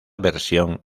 versión